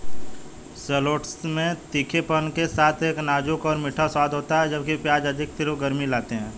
shallots में तीखेपन के साथ एक नाजुक और मीठा स्वाद होता है, जबकि प्याज अधिक तीव्र गर्मी लाते हैं